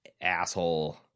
asshole